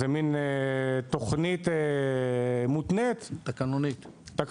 זה מין תוכנית מותנית, תקנונית.